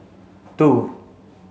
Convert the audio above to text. two